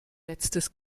letztes